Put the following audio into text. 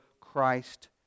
Christ